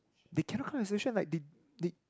they cannot like they they